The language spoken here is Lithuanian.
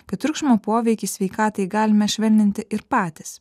kad triukšmo poveikį sveikatai galime švelninti ir patys